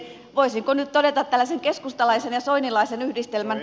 voisinko nyt todeta tällaisen keskustalaisen ja soinilaisen yhdistelmän